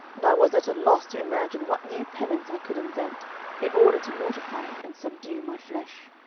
and i was at a loss to imagine what new penance i could invent in order to mortify and subdue my flesh.